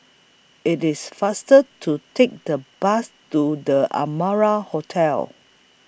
IT IS faster to Take The Bus to The Amara Hotel